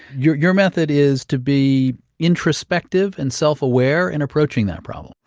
your your method is to be introspective and self-aware and approaching that problem?